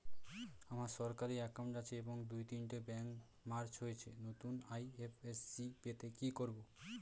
আমার সরকারি একাউন্ট আছে এবং দু তিনটে ব্যাংক মার্জ হয়েছে, নতুন আই.এফ.এস.সি পেতে কি করব?